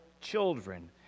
children